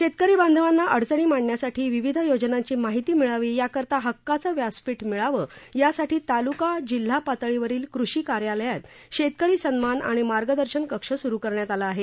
शेतकरी बांधवांना अडचणी मांडण्यासाठी विविध योजनांची माहिती मिळावी याकरिता हक्काचं व्यासपीठ मिळावं यासाठी ताल्का जिल्हा पातळीवरील कृषी कार्यालयात शेतकरी सन्मान आणि मार्गदर्शन कक्ष सुरु करण्यात आला आहे